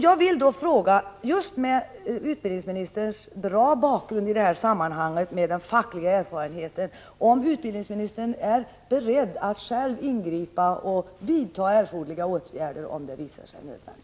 Jag vill då fråga — just med tanke på utbildningsministerns fina bakgrund i det här sammanhanget och med tanke på hans erfarenhet av fackliga frågor — om utbildningsministern är beredd att själv ingripa och vidta erforderliga åtgärder, om det visar sig vara nödvändigt.